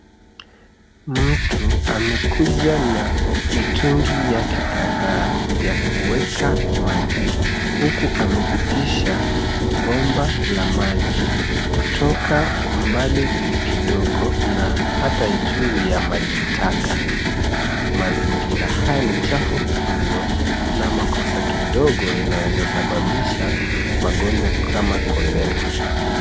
Mtu amekuja na mitungi yake kadhaa ya kuweka maji huku amepitisha bomba la maji kutoka mbali kidogo na hata juu ya maji taka. Mazingira haya ni chafu mno na makosa kidogo inasababisha magonjwa kama [cholera].